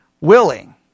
willing